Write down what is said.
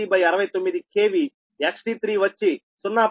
9 69 KV XT3 వచ్చి 0